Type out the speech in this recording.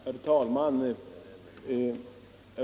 Herr talman!